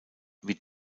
wie